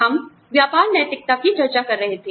हम व्यापार नैतिकता की चर्चा कर रहे थे